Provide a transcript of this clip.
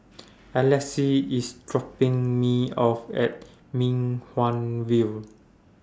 Alexys IS dropping Me off At Mei Hwan View